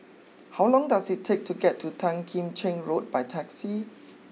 how long does it take to get to Tan Kim Cheng Road by taxi